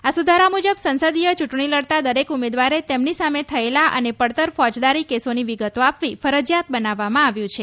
આ સુધારા મુજબ સંસદીય ચૂંટણી લડતા દરેક ઉમેદવારે તેમની સામે થયેલા અને પડતર ફોજદારી કેસોની વિગતો આપવી ફરજીયાત બનાવવામાં આવ્યું છે